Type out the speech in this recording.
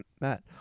matt